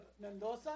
Mendoza